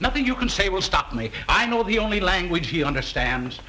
nothing you can say will stop me i know the only language he understands